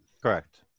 Correct